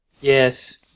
Yes